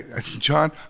John